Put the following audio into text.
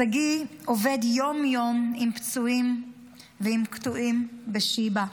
שגיא עובד יום-יום עם פצועים ועם קטועים בשיבא,